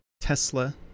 tesla